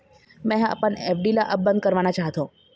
मै ह अपन एफ.डी ला अब बंद करवाना चाहथों